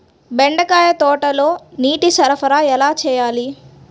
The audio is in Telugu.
బెండకాయ తోటలో నీటి సరఫరా ఎలా చేయాలి?